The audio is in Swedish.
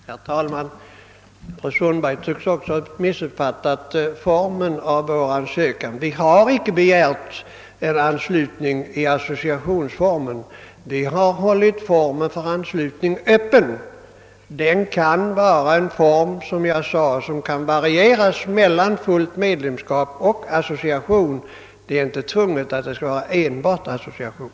Herr talman! Fru Sundberg tycks ha missuppfattat formen för vår ansökan. Vi har inte begärt en anslutning i associationsform. Vi har hållit formen för anslutning öppen. Det kan vara en form, vilken, som jag sade, kan variera mellan fullt medlemskap och association. Det är inte tvunget att det skall vara enbart association.